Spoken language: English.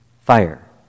Fire